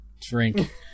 Drink